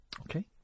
Okay